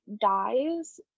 dies